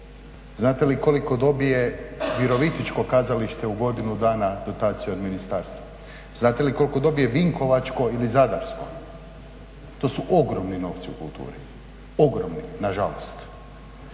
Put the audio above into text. znate li koliko dobije virovitičko kazalište u godinu dana dotacije od Ministarstva, znate li koliko dobije vinkovačko ili zadarsko. To su ogromni novci u kulturi, ogromni nažalost.